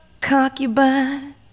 concubine